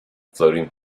floating